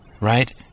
right